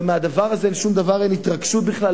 ומהדבר הזה אין התרגשות בכלל,